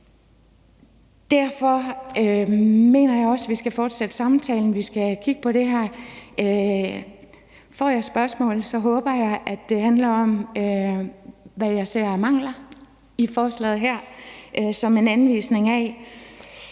Derfor mener jeg også, at vi skal fortsætte samtalen, vi skal have kigget på det her. Får jeg spørgsmål, håber jeg, at det handler om, hvad jeg ser af mangler i forslaget her som en anvisning af,